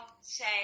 say